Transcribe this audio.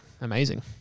amazing